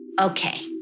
Okay